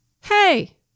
Hey